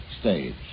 stage